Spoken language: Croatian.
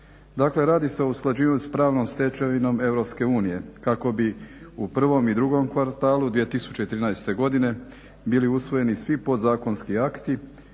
Dakle, radi se o usklađivanju s pravnom stečevinom EU kako bi u prvom i drugom kvartalu 2013. godine bili usvojeni svi podzakonski akti,